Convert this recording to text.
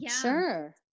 Sure